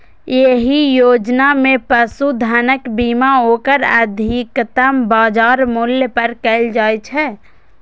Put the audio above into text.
एहि योजना मे पशुधनक बीमा ओकर अधिकतम बाजार मूल्य पर कैल जाइ छै